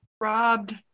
Robbed